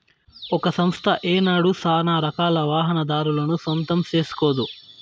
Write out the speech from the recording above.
ఒక సంస్థ ఏనాడు సానారకాల వాహనాదారులను సొంతం సేస్కోదు